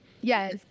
Yes